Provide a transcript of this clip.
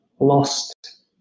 lost